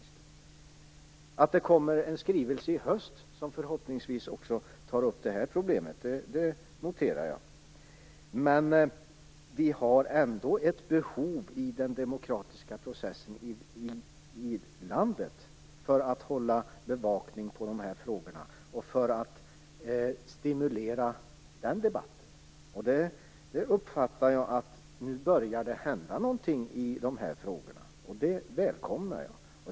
Jag noterar att det kommer en skrivelse i höst som också förhoppningsvis tar upp det här problemet. Men vi har ändå ett behov av den demokratiska processen i landet för att hålla bevakning på dessa frågor och för att stimulera debatten. Nu uppfattar jag att det börjar hända någonting i dessa frågor. Det välkomnar jag.